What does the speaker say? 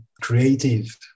creative